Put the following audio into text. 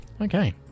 Okay